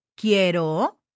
quiero